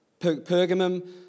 Pergamum